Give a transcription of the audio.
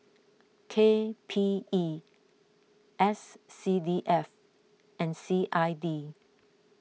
K P E S C D F and C I D